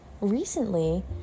recently